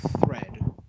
thread